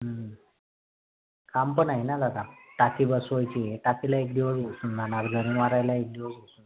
हं काम पण आहे ना दादा टाकी बसवायची आहे टाकीला एक दिवस बसून जाणार जरी मारायला एक दिवस बसून